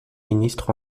ministre